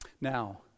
Now